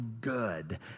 good